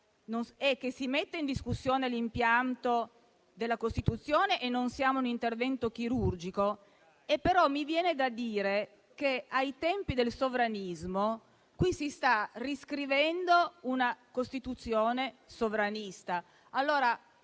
è che si mette in discussione l'impianto della Costituzione, e non è un intervento chirurgico; mi viene da dire però che ai tempi del sovranismo qui si sta riscrivendo una Costituzione sovranista.